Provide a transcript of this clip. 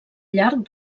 llarg